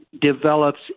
develops